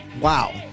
Wow